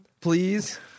please